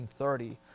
1930